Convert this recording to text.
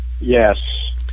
yes